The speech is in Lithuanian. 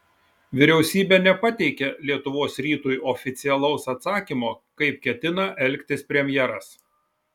vyriausybė nepateikė lietuvos rytui oficialaus atsakymo kaip ketina elgtis premjeras